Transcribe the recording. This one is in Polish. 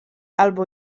albo